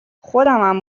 خودمم